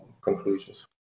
conclusions